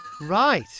right